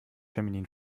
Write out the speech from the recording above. feminin